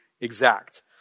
exact